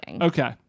Okay